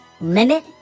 limit